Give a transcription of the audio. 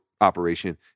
operation